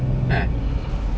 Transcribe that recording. eh